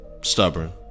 stubborn